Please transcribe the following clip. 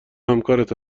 همکارت